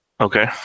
Okay